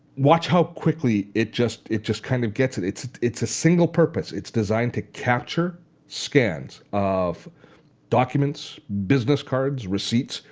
watch how quickly it just it just kind of gets it. it's it's a single purpose. it's designed to capture scans of documents, business cards and receipts.